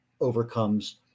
overcomes